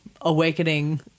awakening